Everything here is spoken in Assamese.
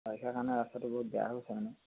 বাৰিষাৰ কাৰণে ৰাস্তাটো বহুত বেয়া হৈছে মানে